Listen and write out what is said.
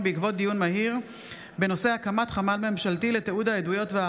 אנחנו מוסיפים לפרוטוקול את הצבעתו של